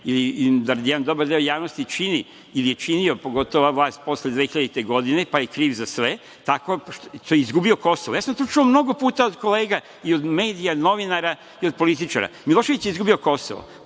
ili jedan dobar deo javnosti čini ili je činio, pogotovo ova vlast posle 2000. godine, pa je kriv za sve tako što je izgubio Kosovo. To sam čuo mnogo puta od kolega, od medija, od novinara i od političara – Milošević je izgubio Kosovo.